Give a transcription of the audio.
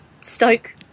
Stoke